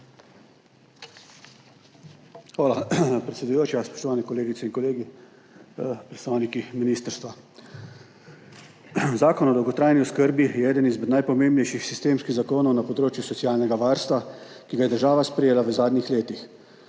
Hvala, predsedujoča. Spoštovani kolegice in kolegi, predstavniki ministrstva! Zakon o dolgotrajni oskrbi je eden izmed najpomembnejših sistemskih zakonov na področju socialnega varstva, ki ga je država sprejela v zadnjih letih.